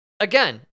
Again